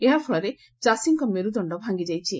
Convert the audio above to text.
ଏହା ଫଳରେ ଚାଷୀଙ୍କ ମେରୁଦଣ୍ଡ ଭାଙ୍ଗିଯାଇଛି